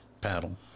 paddle